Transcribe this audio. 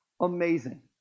amazing